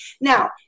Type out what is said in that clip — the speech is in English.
Now